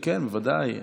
ודאי.